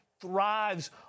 thrives